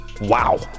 wow